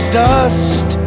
dust